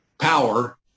power